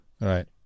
Right